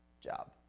job